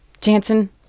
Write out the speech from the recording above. jansen